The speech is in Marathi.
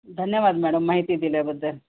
धन्यवाद मॅडम माहिती दिल्याबद्दल